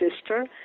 sister